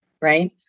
right